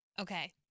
Okay